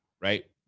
right